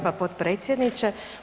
potpredsjedniče.